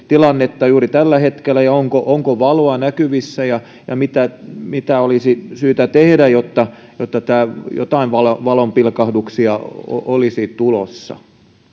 tilannetta juuri tällä hetkellä ja onko valoa näkyvissä mitä mitä olisi syytä tehdä jotta jotta tähän joitain valon valon pilkahduksia olisi tulossa